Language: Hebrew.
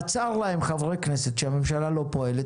בצר להם שהממשלה לא פועלת,